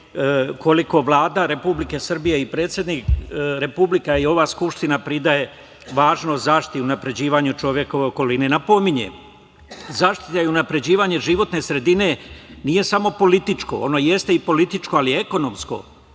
koliko Vlada Republike Srbije i predsednik Republike Srbije i ova Skupština pridaje važnost zaštiti unapređivanju čovekove okoline. Napominjem, zaštita je unapređivanje životne sredine, nije samo političko. Ono jeste i političko, ali ekonomsko